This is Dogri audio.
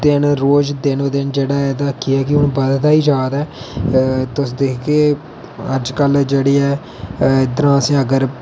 दिन रोज दिन बा दिन एहदा के है कि हून बधदा गै जारदा ऐ तुस दिखगे अजकल जेहड़ी ऐ इद्धरा अगर असें